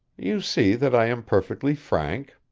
you see that i am perfectly frank.